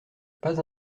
pas